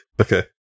Okay